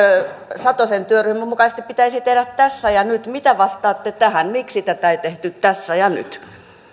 satosen työryhmän mukaisesti pitäisi tehdä tässä ja nyt mitä vastaatte tähän miksi tätä ei tehty tässä ja nyt